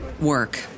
work